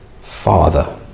Father